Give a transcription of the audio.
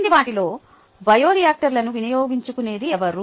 కిందివాటిలో బయోరీయాక్టర్లను వినియోగించుకునేది ఎవరు